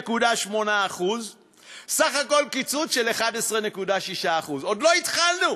5.8% בסך הכול קיצוץ של 11.6%. עוד לא התחלנו,